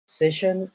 session